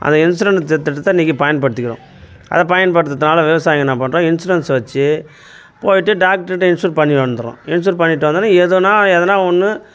அந்த இன்சூரன்ஸ் திட்டத்தை இன்றைக்கி பயன்படுத்திக்கிறோம் அதை பயன்படுறத்துனால் விவசாயி என்ன பண்ணுறான் இன்சூரன்ஸை வச்சு போயிட்டு டாக்டர்கிட்ட இன்சூர் பண்ணி வந்துடறோம் இன்சூர் பண்ணிவிட்டு வந்தோனால் எதனா எதனா ஒன்று